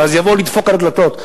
ואז יבואו לדפוק על הדלתות.